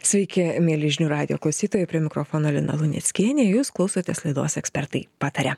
sveiki mieli žinių radijo klausytojai prie mikrofono lina luneckienė jūs klausotės laidos ekspertai pataria